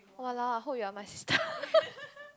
!walao! I hope you're my sister